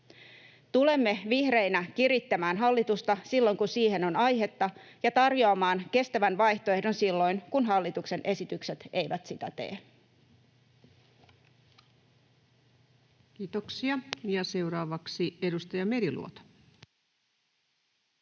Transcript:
Tulemme vihreinä kirittämään hallitusta silloin, kun siihen on aihetta, ja tarjoamaan kestävän vaihtoehdon silloin, kun hallituksen esitykset eivät sitä tee. [Perussuomalaisten ryhmästä: